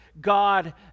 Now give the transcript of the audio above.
God